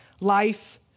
life